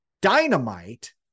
Dynamite